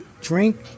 drink